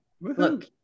look